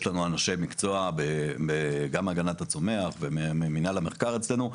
יש לנו אנשי מקצוע גם מהגנת הצומח וממינהל המחקר אצלנו.